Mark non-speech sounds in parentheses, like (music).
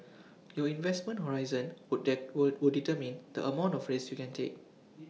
your investment horizon would (unintelligible) were would determine the amount of risks you can take